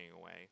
away